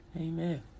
Amen